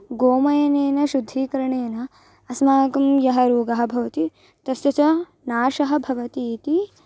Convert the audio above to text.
गोमयनेन शुद्धीकरणेन अस्माकं यः रोगः भवति तस्य च नाशः भवति इति